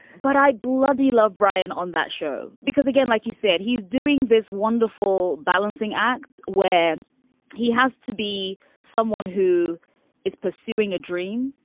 but i bloody love ryan on that show. because, again, like you said, he's doing this wonderful balancing act where he has to be someone who is pursuing a dream,